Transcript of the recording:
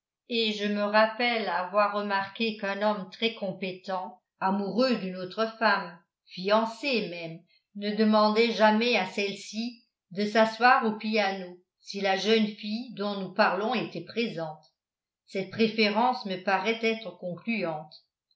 et je me rappelle avoir remarqué qu'un homme très compétent amoureux d'une autre femme fiancé même ne demandait jamais à celle-ci de s'asseoir au piano si la jeune fille dont nous parlons était présente cette préférence me paraît être concluante